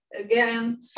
again